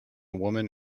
woman